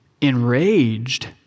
enraged